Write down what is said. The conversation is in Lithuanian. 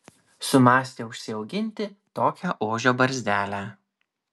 sumąstė užsiauginti tokią ožio barzdelę